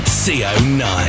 co9